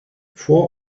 four